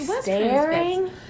staring